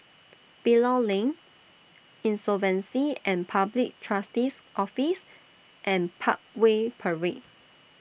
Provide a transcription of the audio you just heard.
Bilal Lane Insolvency and Public Trustee's Office and Parkway Parade